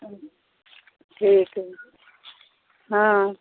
ठीक हँ